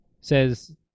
says